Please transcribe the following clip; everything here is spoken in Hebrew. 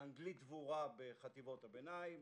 לאנגלית דבורה בחטיבות הביניים,